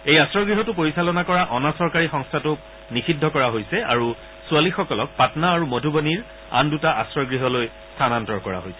এই আশ্ৰয় গৃহটো পৰিচালনা কৰা অনাচৰকাৰী সংস্থাটোক নিষিদ্ধ কৰা হৈছে আৰু ছোৱালী সকলক পাটনা আৰু মধুবনিৰ আন দুটা আশ্ৰয় গৃহলৈ স্থানান্তৰিত কৰা হৈছে